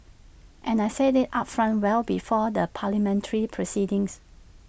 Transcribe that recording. and I said IT upfront well before the parliamentary proceedings